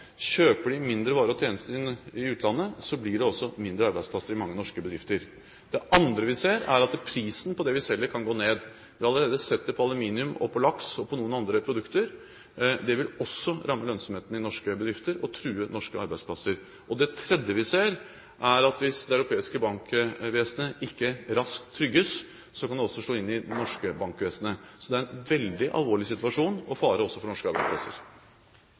Kjøper de færre varer og tjenester i utlandet, blir det også færre arbeidsplasser i mange norske bedrifter. Det andre vi ser, er at prisen på det vi selger, kan gå ned. Vi har allerede sett det når det gjelder aluminium, laks og noen andre produkter. Det vil også ramme lønnsomheten i norske bedrifter og true norske arbeidsplasser. Det tredje vi ser, er at hvis det europeiske bankvesenet ikke raskt trygges, kan det også slå inn i det norske bankvesenet. Det er en veldig alvorlig situasjon og fare også for norske arbeidsplasser.